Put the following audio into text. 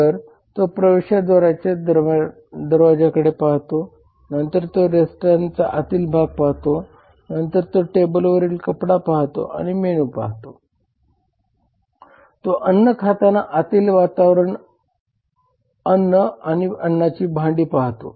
तर तो प्रवेशद्वाराच्या दरवाजाकडे पाहतो नंतर तो रेस्टॉरंटचा आतील भाग पाहतो नंतर तो टेबलवरील कपडा पाहतो आणि मेनू पाहतो तो अन्न खाताना आतील वातावरण अन्न आणि अन्नाचे भांडी पाहतो